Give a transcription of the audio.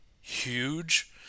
huge